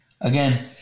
Again